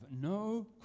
no